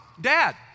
dad